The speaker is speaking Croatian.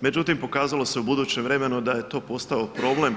Međutim pokazalo se u budućem vremenu da je to postao problem,